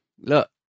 Look